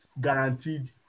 guaranteed